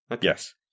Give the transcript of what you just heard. Yes